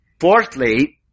Fourthly